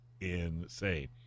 insane